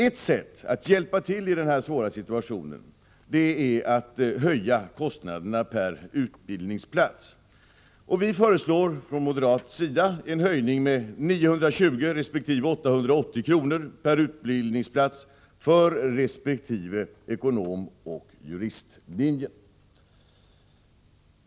Ett sätt att hjälpa till i den svåra situationen är att höja kostnaderna per utbildningsplats. Vi föreslår därför från moderat sida en höjning med 920 resp. 880 kr. per utbildningsplats för ekonomresp. juristlinjen.